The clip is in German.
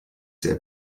sehr